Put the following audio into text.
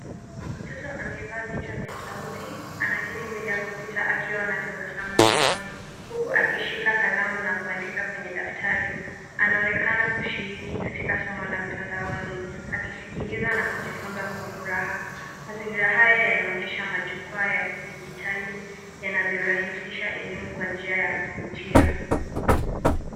Mtoto amevaa vichwa vya sauti anaketi mbele ya kompyuta akiwa na tabasamu usoni huku akishika kalamu na kuandika kwenye daftari. Anaonekana kushiriki katika somo la mtandaoni akisikiliza na kujifunza kwa furaha. Mazingira haya yanaonyesha majukwaa ya kidijitali yanavyorahisisha elimu kwa njia ya kuvutia.